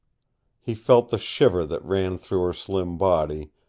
he felt the shiver that ran through her slim body,